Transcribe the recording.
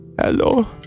Hello